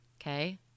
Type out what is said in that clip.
okay